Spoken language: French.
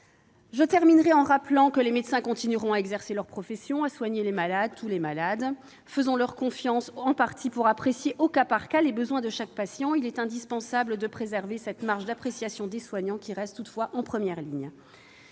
Je terminerai en rappelant que les médecins continueront à exercer leur profession et à soigner les malades, tous les malades ! Faisons leur confiance pour apprécier, au cas par cas, les besoins de chaque patient ; il est indispensable de préserver cette marge d'appréciation des soignants, qui sont en première ligne.